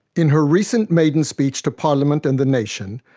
in her recent maiden speech to parliament and the nation,